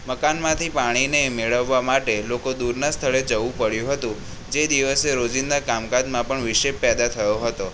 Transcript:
મકાનમાંથી પાણીને મેળવવા માટે લોકો દૂરના સ્થળે જવું પડ્યું હતું જે દિવસે રોજિંદા કામકાજમાં પણ વિક્ષેપ પેદા થયો હતો